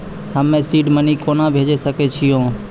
हम्मे seed money कोना भेजी सकै छिओंन